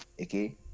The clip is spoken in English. okay